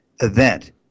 event